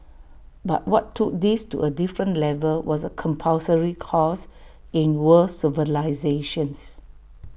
but what took this to A different level was A compulsory course in world civilisations